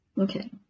Okay